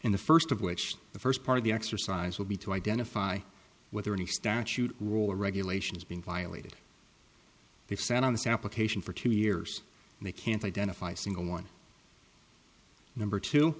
in the first of which the first part of the exercise will be to identify whether any statute or regulation is being violated they've sat on this application for two years and they can't identify a single one number two